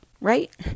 right